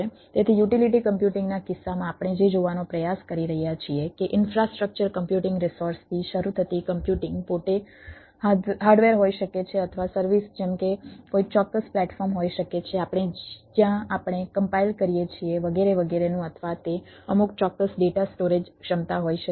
તેથી યુટિલિટી કમ્પ્યુટિંગના કિસ્સામાં આપણે જે જોવાનો પ્રયાસ કરી રહ્યા છીએ કે ઇન્ફ્રાસ્ટ્રક્ચર કમ્પ્યુટિંગ રિસોર્સથી શરૂ થતી કમ્પ્યુટિંગ પોતે હાર્ડવેર હોઈ શકે છે અથવા સર્વિસ જેમ કે કોઈ ચોક્કસ પ્લેટફોર્મ હોઈ શકે છે આપણે જ્યાં આપણે કમ્પાઈલ કરીએ છીએ વગેરે વગેરેનું અથવા તે અમુક ચોક્કસ ડેટા સ્ટોરેજ ક્ષમતા હોઈ શકે છે